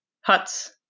Huts